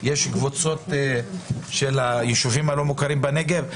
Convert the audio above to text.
קבוצות של היישובים הלא מוכרים בנגב,